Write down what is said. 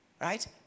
Right